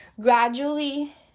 gradually